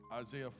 Isaiah